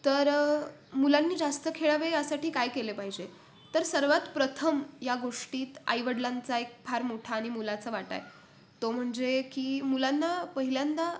तरं मुलांनी जास्त खेळावे यासाठी काय केले पाहिजे तर सर्वात प्रथम या गोष्टीत आईवडलांचा एक फार मोठा आणि मोलाचा वाटा आहे तो म्हणजे की मुलांना पहिल्यांदा